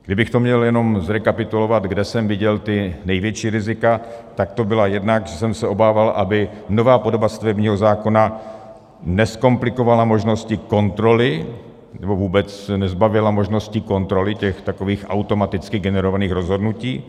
Kdybych měl jenom zrekapitulovat, kde jsem viděl největší rizika, tak to bylo jednak, že jsem se obával, aby nová podoba stavebního zákona nezkomplikovala možnosti kontroly nebo vůbec nezbavila možnosti kontroly těch takových automaticky generovaných rozhodnutí.